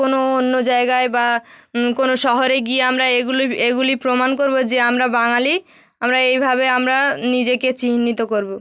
কোনো অন্য জায়গায় বা কোনো শহরে গিয়ে আমরা এগুলোই এগুলি প্রমাণ করব যে আমরা বাঙালি আমরা এইভাবে আমরা নিজেকে চিহ্নিত করব